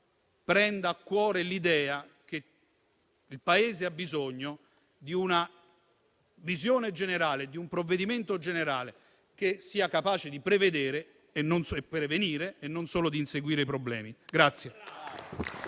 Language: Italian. prenda a cuore l'idea che il Paese ha bisogno di una visione generale, di un provvedimento generale che sia capace di prevenire e non solo di inseguire i problemi.